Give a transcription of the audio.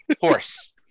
Horse